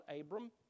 Abram